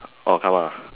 oh come out ah